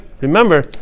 remember